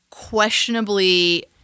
Questionably